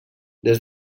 des